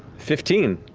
fifteen?